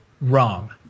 wrong